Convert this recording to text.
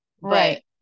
right